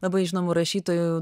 labai žinomų rašytojų